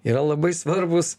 yra labai svarbūs